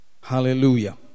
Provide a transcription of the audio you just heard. Hallelujah